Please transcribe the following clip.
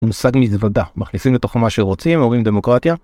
מושג מזוודה, מכניסים לתוכה מה שרוצים, הורים דמוקרטיה